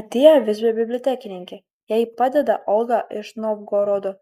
atėjo visbio bibliotekininkė jai padeda olga iš novgorodo